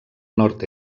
nord